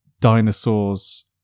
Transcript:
Dinosaurs